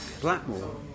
Blackmore